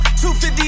250